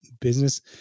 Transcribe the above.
business